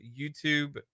YouTube